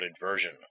version